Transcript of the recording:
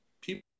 people